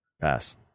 Pass